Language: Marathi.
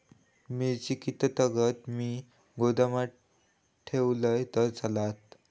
मिरची कीततागत मी गोदामात ठेवलंय तर चालात?